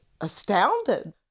astounded